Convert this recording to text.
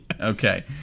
Okay